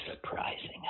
surprising